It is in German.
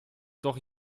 doch